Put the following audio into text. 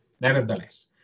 nevertheless